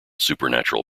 supernatural